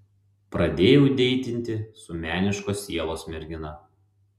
pradėjau deitinti su meniškos sielos mergina